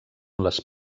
les